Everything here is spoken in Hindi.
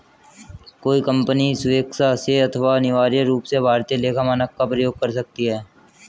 कोई कंपनी स्वेक्षा से अथवा अनिवार्य रूप से भारतीय लेखा मानक का प्रयोग कर सकती है